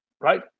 right